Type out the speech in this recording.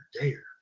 dare